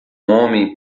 homem